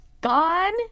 gone